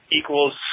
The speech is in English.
equals